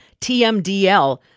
TMDL